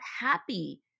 happy